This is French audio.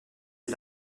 est